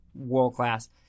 world-class